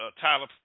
Tyler